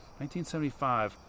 1975